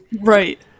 Right